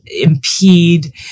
impede